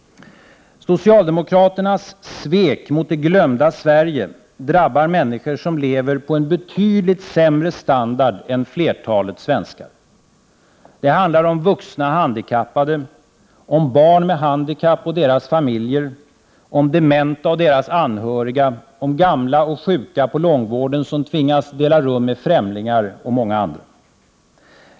Socialdemokraternas svek mot det glömda Sverige drabbar människor som lever på en betydligt sämre standard än flertalet svenskar. Det handlar om vuxna handikappade, om barn med handikapp och deras familjer, om dementa och deras anhöriga, om gamla och sjuka på långvården som tvingas dela rum med främlingar och många andra.